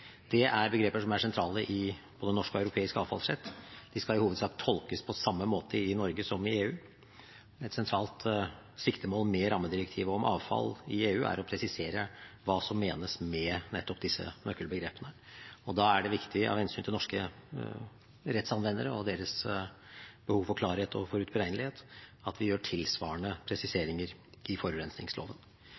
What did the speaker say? Det er begreper som er sentrale i både norsk og europeisk avfallsrett. De skal i hovedsak tolkes på samme måte i Norge som i EU. Et sentralt siktemål med rammedirektivet om avfall i EU er å presisere hva som menes med nettopp disse nøkkelbegrepene, og da er det viktig av hensyn til norske rettsanvendere og deres behov for klarhet og forutberegnelighet at vi gjør tilsvarende presiseringer i forurensningsloven.